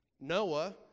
Noah